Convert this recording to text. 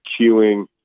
queuing